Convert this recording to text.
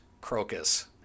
Crocus